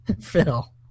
Phil